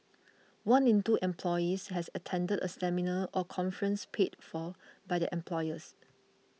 one in two employees had attended a seminar or conference paid for by their employers